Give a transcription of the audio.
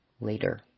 later